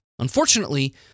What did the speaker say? Unfortunately